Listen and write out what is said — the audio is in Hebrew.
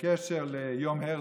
בקשר ליום הרצל.